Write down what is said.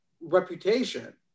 reputation